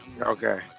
Okay